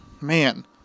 man